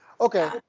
Okay